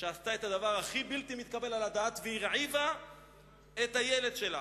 שעשתה את הדבר הכי בלתי מתקבל על הדעת והרעיבה את הילד שלה.